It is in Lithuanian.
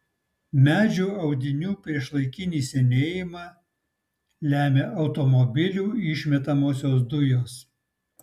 medžių audinių priešlaikinį senėjimą lemia automobilių išmetamosios dujos